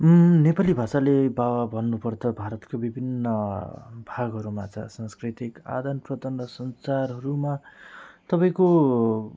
नेपाली भाषाले बारे भन्नुपर्दा भारतको विभिन्न भागहरूमा छ सांस्कृतिक आदान प्रदान र सञ्चारहरूमा तपाईँको